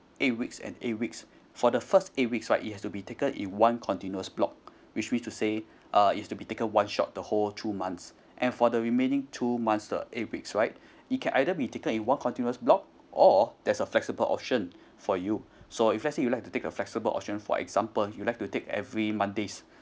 eight weeks and eight weeks for the first eight weeks right it has to be taken in one continuous block which means to say uh is to be take one shot the whole two months and for the remaining two months the eight weeks right it can either be take in one continuous block or there's a flexible option for you so if lets say you like to take a flexible option for example you like to take every mondays